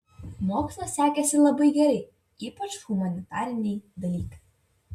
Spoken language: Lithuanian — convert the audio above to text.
mokslas sekėsi labai gerai ypač humanitariniai dalykai